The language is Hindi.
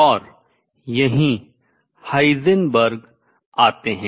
और यहीं हाइजेनबर्ग आते हैं